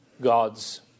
God's